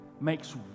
makes